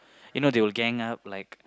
you know they will gang up like